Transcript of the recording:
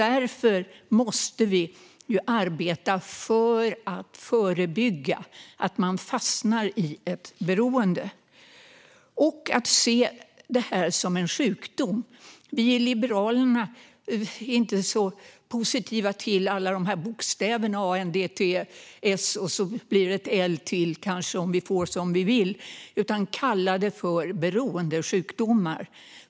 Därför måste vi arbeta för att förebygga att man fastnar i ett beroende och för att se detta som en sjukdom. Vi i Liberalerna är inte så positiva till alla de här bokstäverna - ANDTS, och så blir det kanske ett L därtill om vi får som vi vill - utan kallar det för beroendesjukdomar.